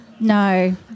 No